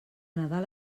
nadal